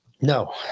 No